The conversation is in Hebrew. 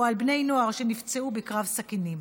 או על בני נוער שנפצעו בקרב סכינים.